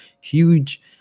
huge